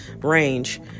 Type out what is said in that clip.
range